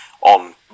on